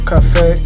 Cafe